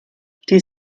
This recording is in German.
die